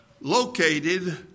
located